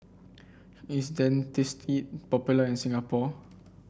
is Dentiste popular in Singapore